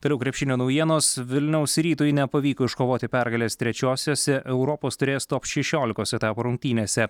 toliau krepšinio naujienos vilniaus rytui nepavyko iškovoti pergalės trečiosiose europos taurės top šešiolikos etapo rungtynėse